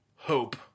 Hope